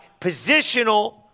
positional